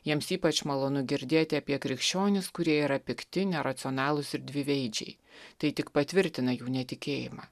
jiems ypač malonu girdėti apie krikščionis kurie yra pikti neracionalūs ir dviveidžiai tai tik patvirtina jų netikėjimą